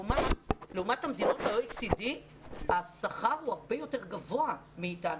לעומת מדינות ה-OECD שהשכר הוא הרבה יותר גבוה מאיתנו,